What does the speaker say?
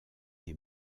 des